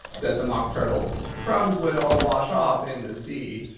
said the mock turtle crumbs would all wash off in the sea.